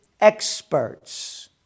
experts